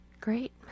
Great